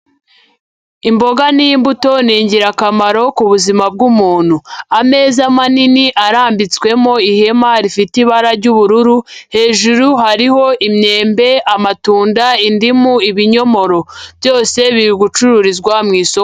Imboga n'imbuto ni ingirakamaro ku buzima bw'umuntu, ameza manini arambitswemo ihema rifite ibara ry'ubururu, hejuru hariho imyembe, amatunda, indimu, ibinyomoro byose biri gucururizwa mu isoko.